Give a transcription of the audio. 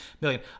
million